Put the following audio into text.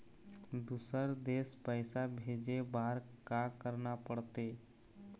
दुसर देश पैसा भेजे बार का करना पड़ते?